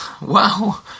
Wow